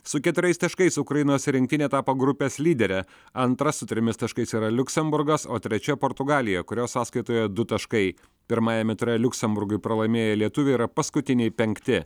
su keturiais taškais ukrainos rinktinė tapo grupės lydere antrą su trimis taškais yra liuksemburgas o trečia portugalija kurios sąskaitoje du taškai pirmajame ture liuksemburgui pralaimėję lietuviai yra paskutiniai penkti